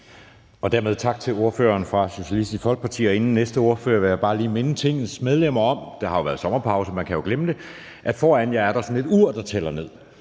Dermed tak til ordføreren fra Socialistisk Folkeparti. Inden den næste ordfører får ordet, vil jeg bare lige minde Tingets medlemmer om – og der har jo været sommerpause, så man kan jo have glemt det – at der er sådan et ur foran jer, der tæller ned.